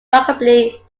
rockabilly